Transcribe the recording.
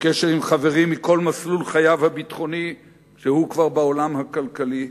בקשר עם חברים מכל מסלול חייו הביטחוני כשהוא כבר בעולם הכלכלי,